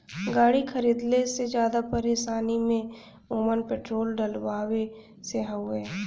गाड़ी खरीदले से जादा परेशानी में ओमन पेट्रोल डलवावे से हउवे